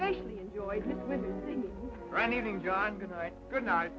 basically enjoy running john good n